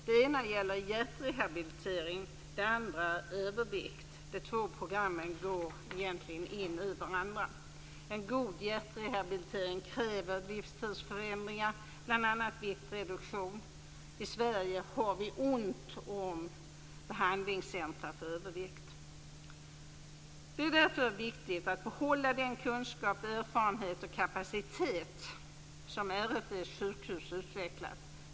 Det ena gäller hjärtrehabilitering och det andra övervikt. De två programmen går egentligen in i varandra. En god hjärtrehabilitering kräver livsstilsförändringar, bl.a. viktreduktion. I Sverige har vi ont om behandlingscentrum för övervikt. Det är därför viktigt att behålla den kunskap, erfarenhet och kapacitet som RFV:s sjukhus utvecklat.